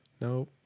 nope